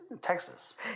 Texas